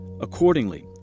Accordingly